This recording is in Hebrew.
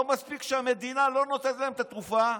לא מספיק שהמדינה לא נותנת להם את התרופה,